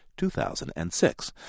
2006